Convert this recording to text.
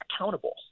accountable